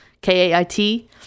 k-a-i-t